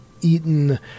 eaten